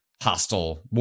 hostile